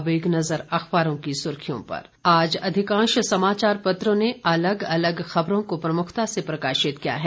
अब एक नजर अखबारों की सुर्खियों पर आज अधिकांश समाचार पत्रों ने अलग अलग खबरों को प्रमुखता से प्रकाशित किया है